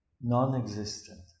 non-existent